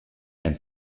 and